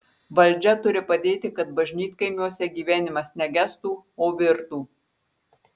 valdžia turi padėti kad bažnytkaimiuose gyvenimas ne gestų o virtų